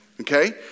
Okay